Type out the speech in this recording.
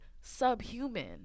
subhuman